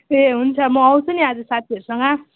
ए हुन्छ म आउँछु नि आज साथीहरूसँग